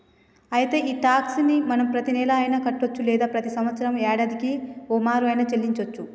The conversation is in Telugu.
అయితే ఈ టాక్స్ ని మనం ప్రతీనెల అయిన కట్టొచ్చు లేదా ప్రతి సంవత్సరం యాడాదికి ఓమారు ఆయిన సెల్లించోచ్చు